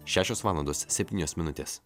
šešios valandos septynios minutės